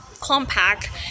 Compact